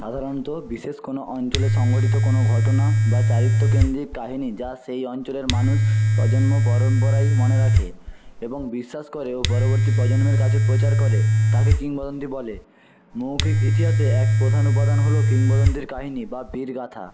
সাধারণত বিশেষ কোনো অঞ্চলের সংগঠিত কোন ঘটনা বা চরিত্র কেন্দ্রিক কাহিনি যা সেই অঞ্চলের মানুষ প্রজন্ম পরম্পরায় মনে রাখে এবং বিশ্বাস করে ও পরবর্তী প্রজন্মের কাছে প্রচার করে তাকে কিংবদন্তি বলে মৌখিক ইতিহাসে এক প্রধান উপাদান হল কিংবদন্তির কাহিনি বা বেদ গাঁথা